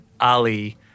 Ali